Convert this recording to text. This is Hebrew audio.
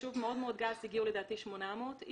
בחישוב מאוד מאוד גס הגיעו לדעתי 800 איש,